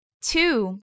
Two